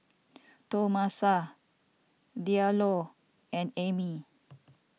Tomasa Diallo and Emmy